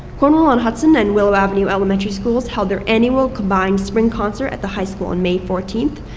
cornwall-on-hudson and willow avenue elementary schools held their annual combined spring concert at the high school on may fourteenth.